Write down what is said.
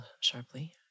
sharply